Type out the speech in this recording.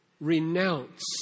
renounce